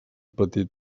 petit